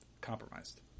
compromised